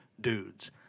dudes